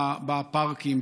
בפארקים,